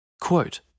Quote